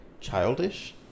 childish